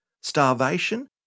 starvation